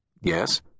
Yes